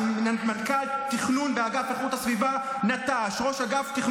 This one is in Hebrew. מנכ"ל תכנון באגף איכות הסביבה נטש,